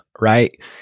Right